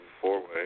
four-way